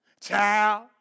Child